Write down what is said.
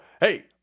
hey